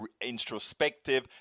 introspective